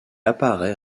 apparaît